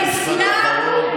באסלאם,